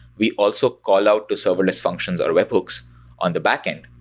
we also call out the serverless functions or web books on the backend.